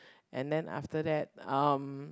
and then after that um